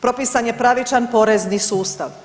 Propisan je pravičan porezni sustav.